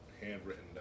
handwritten